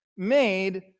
made